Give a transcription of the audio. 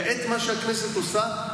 כעת מה שהכנסת עושה,